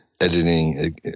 editing